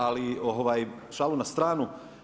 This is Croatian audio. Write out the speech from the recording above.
Ali šalu na stranu.